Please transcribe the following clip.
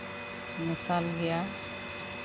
ᱢᱮᱥᱟᱞ ᱜᱮᱭᱟ